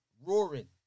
roaring